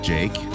Jake